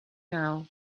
now